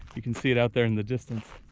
you can see it out there in the distance.